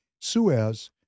Suez